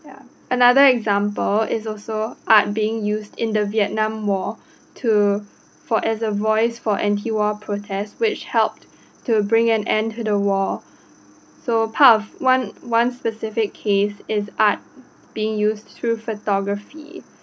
ya another example is also art being used in the vietnam war to for as a voice for anti war protests which helped to bring an end to the war so part of one one specific case is art being used through photography